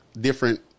different